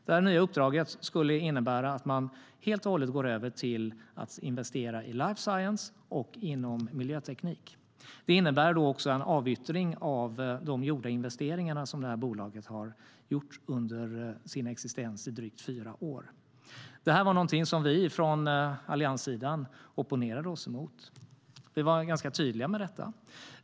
Det nya uppdraget skulle innebära att man helt och hållet går över till att investera i life science och miljöteknik. Det innebär också en avyttring av de investeringar som bolaget har gjort under sin existens i drygt fyra år. Det här var någonting som vi från Alliansen opponerade oss emot. Vi var ganska tydliga med detta.